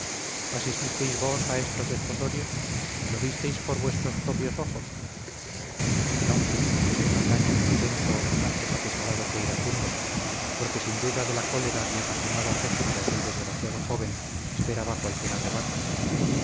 fementido asististeis vos a estos desposorios lo visteis por vuestros propios ojos no contestó saldaña con acento antes apesarado que iracundo porque sin duda de la cólera y apasionado afecto de aquel desgraciado joven esperaba cualquier arrebato